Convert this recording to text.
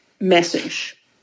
message